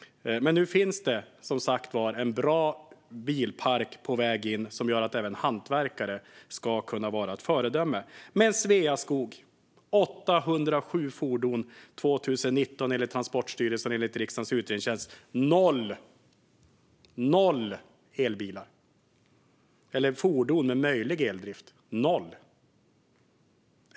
Men nu finns det som sagt en bra bilpark på väg in som gör att även hantverkare ska kunna vara föredömen. Sveaskog har alltså enligt Transportstyrelsen och riksdagens utredningstjänst 807 fordon 2019, men n oll fordon med möjlig eldrift - noll!